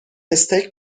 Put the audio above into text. استیک